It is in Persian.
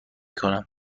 کنم